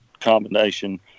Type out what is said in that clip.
combination